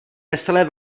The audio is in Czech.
veselé